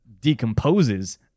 decomposes